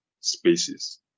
spaces